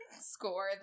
score